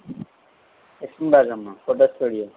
Krishnarajamma photo studio